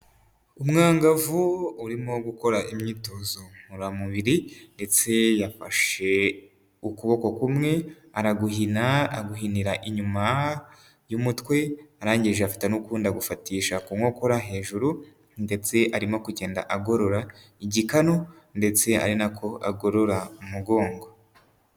Umwangavu urimo gukora imyitozo ngoramubiri ndetse yafashe ukuboko kumwe araguhina, aguhinira inyuma y'umutwe, arangije afata n'ukundi agufatisha ku nkokora hejuru ndetse arimo kugenda agorora igikanu ndetse ari nako agorora umugongo.